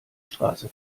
straße